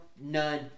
None